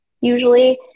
usually